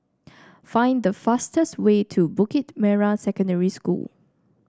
find the fastest way to Bukit Merah Secondary School